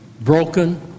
broken